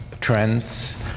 trends